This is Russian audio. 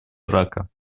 ирака